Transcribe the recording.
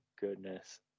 goodness